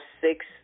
six